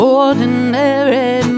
ordinary